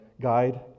guide